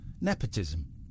Nepotism